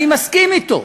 אני מסכים אתו.